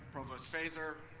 provost feser,